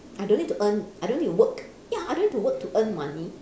I don't need to earn I don't need to work ya I don't need to work to earn money